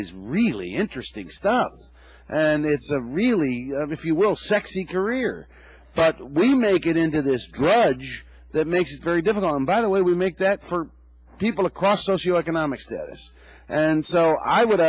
is really interesting stuff and it's a really if you will sexy career but we make it into this grudge that makes very different on by the way we make that for people across socioeconomic status and so i would